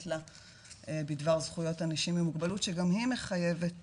לה בדבר זכויות אנשים עם מוגבלות שגם היא מחייבת,